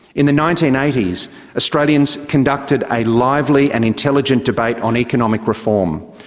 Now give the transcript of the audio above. in the nineteen eighty s australians conducted a lively and intelligent debate on economic reform.